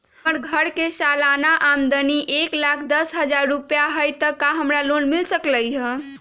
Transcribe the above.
हमर घर के सालाना आमदनी एक लाख दस हजार रुपैया हाई त का हमरा लोन मिल सकलई ह?